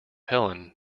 helen